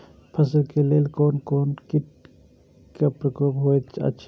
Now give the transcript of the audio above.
फसल के लेल कोन कोन किट के प्रकोप होयत अछि?